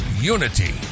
unity